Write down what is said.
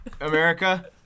America